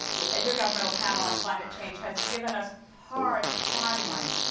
the intergovernmental panel on climate change has given us hard timelines,